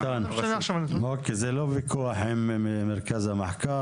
זה לא ויכוח עם מרכז המחקר.